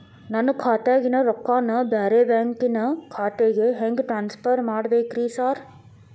ನನ್ನ ಖಾತ್ಯಾಗಿನ ರೊಕ್ಕಾನ ಬ್ಯಾರೆ ಬ್ಯಾಂಕಿನ ಖಾತೆಗೆ ಹೆಂಗ್ ಟ್ರಾನ್ಸ್ ಪರ್ ಮಾಡ್ಬೇಕ್ರಿ ಸಾರ್?